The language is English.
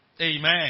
Amen